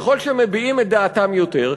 ככל שהם מביעים את דעתם יותר,